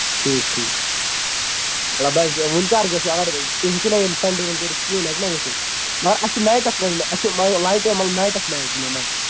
ٹھیٖک ٹھیٖک مطلب حظ ؤنۍ کیاہ حظ گژھِو اَگر تُہۍ ہٮ۪کِو نہ وَنۍ ییٚمہِ سَنڈے وَن کٔرِتھ کِہیٖنۍ ہٮ۪کہِ نہ گژھِتھ مَگر اَسہِ چھُ نایٹَس منٛز اَسہِ چھُ مطلب لایٹہِ مطلب نایٹَس میچ گِندُن حظ